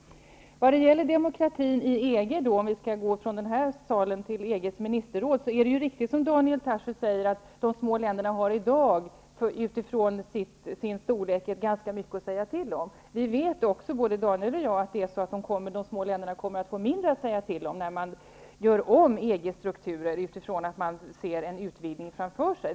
När det gäller demokrati i EG -- om vi skall gå från den här salen till EG:s ministerråd -- är det riktigt som Daniel Tarschys säger att de små länderna i dag har ganska mycket att säga till om i förhållande till sin storlek. Både Daniel Tarschys och jag vet att de små länderna kommer att få mindre att säga till om när man gör om EG:s struktur när det blir en utvidgning.